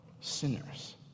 sinners